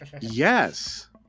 Yes